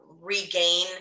regain